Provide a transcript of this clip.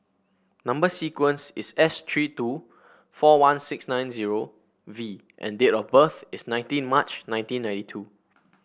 number sequence is S three two four one six nine zero V and date of birth is nineteen March nineteen ninety two